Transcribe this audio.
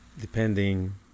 depending